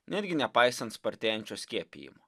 netgi nepaisant spartėjančio skiepijimo